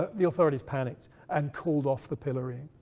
the authorities panicked and called off the pillorying.